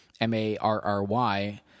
M-A-R-R-Y